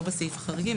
לא בסעיף החריגים,